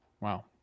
Wow